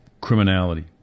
criminality